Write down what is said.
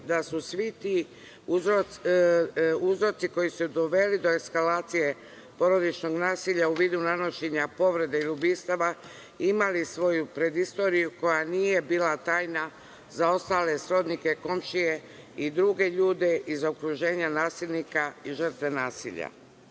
da su svi ti uzroci koji su doveli do eskalacije porodičnog nasilja u vidu nanošenja povrede, ubistava, imali svoju predistoriju koja nije bila tajna za ostale srodnike, komšije i druge ljudi iz okruženja nasilnika i žrtve